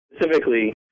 specifically